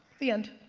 the end.